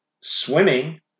swimming